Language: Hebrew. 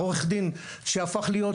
העורך דין שהפך להיות